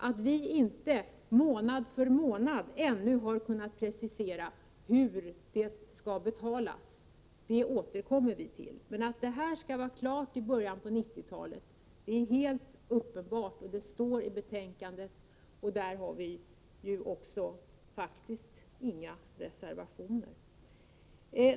Att vi inte månad för månad ännu har kunnat precisera hur det skall betalas, det återkommer vi till. Men att det skall vara klart i början av 1990-talet är helt uppenbart. Det står i betänkandet och där har vi ju faktiskt inga reservationer.